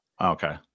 Okay